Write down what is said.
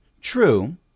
True